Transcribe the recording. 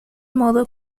modo